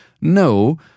no